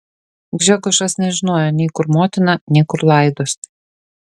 gžegožas nežinojo nei kur motina nei kur laidos